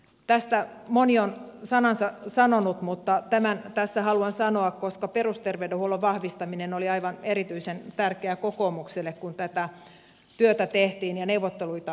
tästä moni on sanansa sanonut mutta tämän tässä haluan sanoa koska perusterveydenhuollon vahvistaminen oli aivan erityisen tärkeä kokoomukselle kun tätä työtä tehtiin ja neuvotteluita käytiin